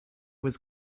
was